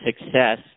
success